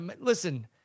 listen